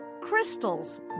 crystals